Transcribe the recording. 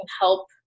help